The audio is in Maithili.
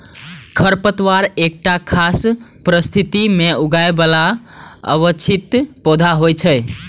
खरपतवार एकटा खास परिस्थिति मे उगय बला अवांछित पौधा होइ छै